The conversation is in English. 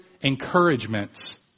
encouragements